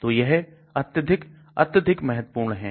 तो यह अत्यधिक अत्यधिक महत्वपूर्ण है